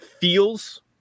feels